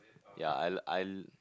ya I lo~ l~